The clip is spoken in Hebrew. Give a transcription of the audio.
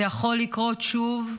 זה יכול לקרות שוב.